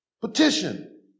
petition